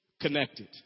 connected